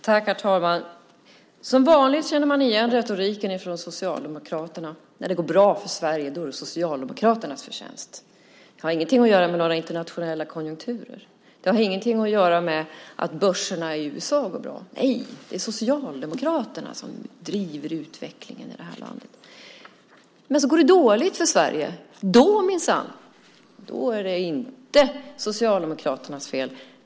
Herr talman! Som vanligt känner man igen retoriken från Socialdemokraterna. När det går bra för Sverige är det Socialdemokraternas förtjänst. Det har inget med internationella konjunkturer att göra. Det har inget att göra med att börserna i USA går bra. Nej, det är Socialdemokraterna som driver utvecklingen i det här landet. Men går det dåligt för Sverige då är det minsann inte Socialdemokraternas fel.